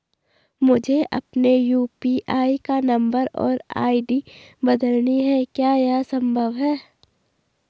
मुझे अपने यु.पी.आई का नम्बर और आई.डी बदलनी है क्या यह संभव है?